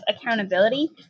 accountability